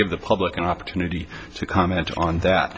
give the public an opportunity to comment on that